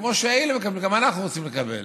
וכמו שאלה מקבלים, גם אנחנו רוצים לקבל.